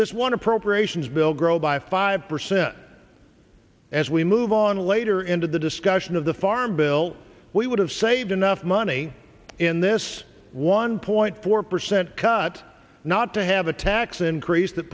this one appropriations bill grow by five percent as we move on later into the discussion of the farm bill we would have saved enough money in this one point four percent cut not to have a tax increase that